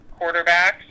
quarterbacks